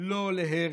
לא להרס,